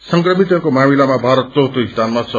संक्रमितहरूको मामिलामा भारत चौथो स्थानमा छ